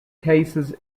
cases